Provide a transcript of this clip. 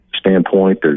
Standpoint